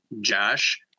Josh